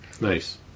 nice